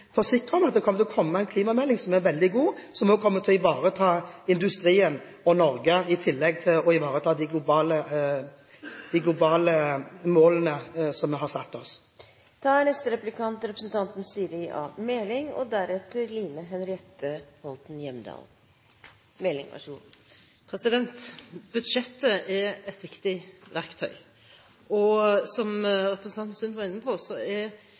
forsikre om at det kommer til å komme en klimamelding som er veldig god, og som kommer til å ivareta industrien og Norge, i tillegg til å ivareta de globale målene vi har satt oss. Budsjettet er et viktig verktøy. Som representanten Sund var inne på, karakteriseres budsjettet som stramt. Vi har sagt nei til mye, og det avspeiler jo prioriteringer som regjeringen og Arbeiderpartiet har. Men det er